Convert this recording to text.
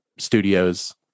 studios